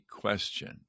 question